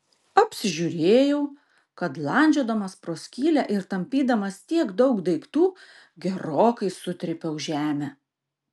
apsižiūrėjau kad landžiodamas pro skylę ir tampydamas tiek daug daiktų gerokai sutrypiau žemę